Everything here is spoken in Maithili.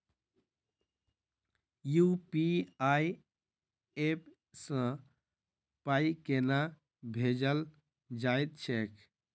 यु.पी.आई ऐप सँ पाई केना भेजल जाइत छैक?